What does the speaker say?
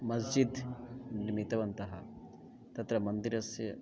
मस्जिद् निर्मितवन्तः तत्र मन्दिरस्य